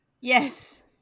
Yes